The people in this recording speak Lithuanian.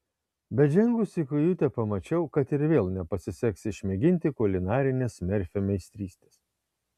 bet žengusi į kajutę pamačiau kad ir vėl nepasiseks išmėginti kulinarinės merfio meistrystės